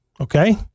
Okay